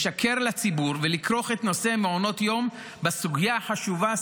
לשקר לציבור ולכרוך את נושא מעונות יום בסוגיה החשובה,